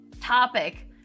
topic